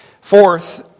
Fourth